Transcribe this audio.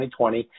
2020